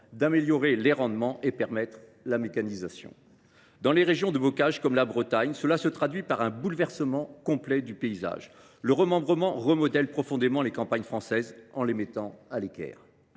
d’améliorer les rendements, et favoriser la mécanisation. Dans les régions de bocage comme la Bretagne, cela se traduit par un bouleversement complet du paysage ; le remembrement remodèle profondément les campagnes françaises, en les mettant d’équerre.